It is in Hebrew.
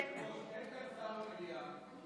היושב-ראש, אין שר במליאה.